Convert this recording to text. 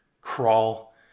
crawl